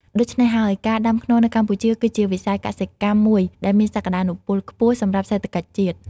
ដូច្នេះហើយ ការដាំខ្នុរនៅកម្ពុជាគឺជាវិស័យកសិកម្មមួយដែលមានសក្តានុពលខ្ពស់សម្រាប់សេដ្ឋកិច្ចជាតិ។